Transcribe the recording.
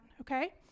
okay